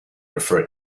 prefer